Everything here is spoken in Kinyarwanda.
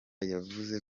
yavuze